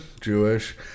Jewish